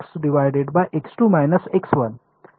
विद्यार्थीः एक्स